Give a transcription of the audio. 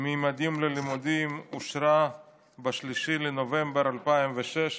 ממדים ללימודים אושרה ב-3 בנובמבר 2016,